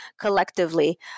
collectively